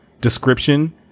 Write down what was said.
description